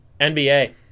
NBA